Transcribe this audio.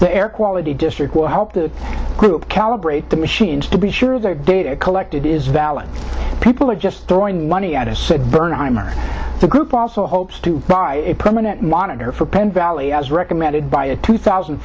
the air quality district will help the group calibrate the machines to be sure their data collected is valid people are just throwing money at it said bernheimer the group also hopes to buy a permanent monitor for penn valley as recommended by a two thousand and